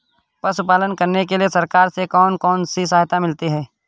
पशु पालन करने के लिए सरकार से कौन कौन सी सहायता मिलती है